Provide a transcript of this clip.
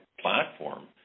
platform